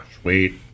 Sweet